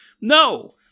no